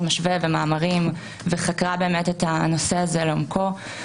משווה ומאמרים וחקרה את הנושא הזה לעומקו,